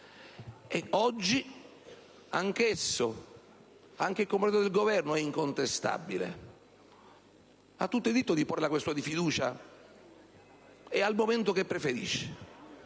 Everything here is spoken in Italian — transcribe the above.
Oggi anche il comportamento del Governo è incontestabile. Ha tutto il diritto di porre la questione di fiducia e nel momento che preferisce,